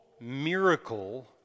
miracle